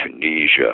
Tunisia